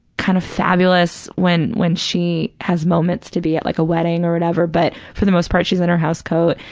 kind of fabulous when when she has moments to be at like a wedding or whatever, but, for the most part, she's in her housecoat.